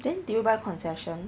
then do you buy concession